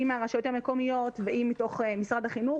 אם מתוך הרשויות המקומיות ואם מתוך משרד החינוך,